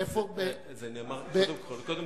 איפה ------ קודם כול,